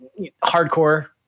hardcore